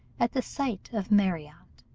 at the sight of marriott.